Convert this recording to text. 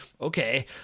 okay